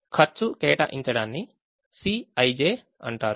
ఖర్చు కేటాయించడాన్ని Cij అంటారు